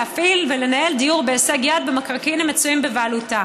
להפעיל ולנהל דיור בהישג יד במקרקעין שבבעלותה.